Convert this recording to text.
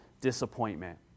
disappointment